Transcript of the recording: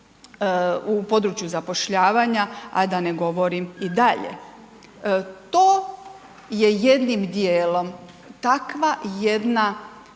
u području zapošljavanja a da ne govorim i dalje. To je jednim dijelom takva jedna,